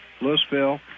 Louisville